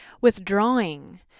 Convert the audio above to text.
withdrawing